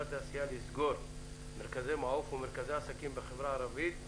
והתעשייה לסגור מרכזי מעוף ומרכזי עסקים בחברה הערבית,